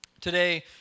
today